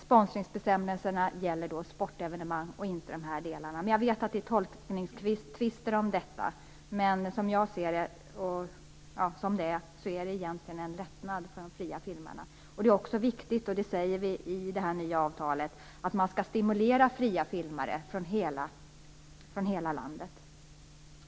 Sponsringsbestämmelserna gäller då sportevenemang och inte de här delarna, men jag vet att det är tolkningstvister om detta. Det är egentligen en lättnad för de fria filmarna. Det är också viktigt, som vi säger i det nya avtalet, att stimulera fria filmare från hela landet.